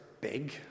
big